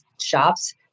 shops